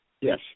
Yes